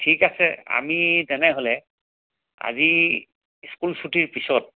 ঠিক আছে আমি তেনেহ'লে আজি স্কুল চুটিৰ পিছত